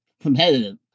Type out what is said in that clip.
competitive